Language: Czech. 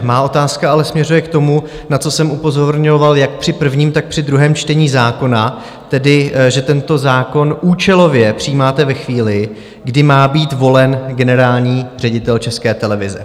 Má otázka ale směřuje k tomu, na co jsem upozorňoval jak při prvním, tak při druhém čtení zákona, tedy že tento zákon účelově přijímáte ve chvíli, kdy má být volen generální ředitel České televize.